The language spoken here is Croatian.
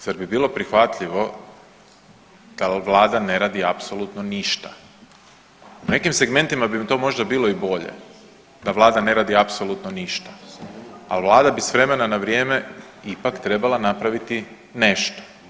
Zar bi bilo prihvatljivo da vlada ne radi apsolutno ništa. u nekim segmentima bi to možda bilo i bolje da vlada ne radi apsolutno ništa, ali vlada bi s vremena na vrijeme ipak trebala napraviti nešto.